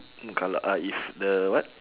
mm kalau uh if the what